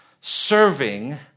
serving